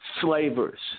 slavers